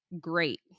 great